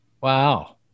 Wow